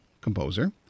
composer